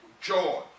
joy